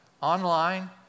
online